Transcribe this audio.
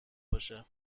باشه